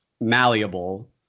malleable